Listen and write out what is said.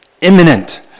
imminent